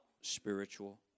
spiritual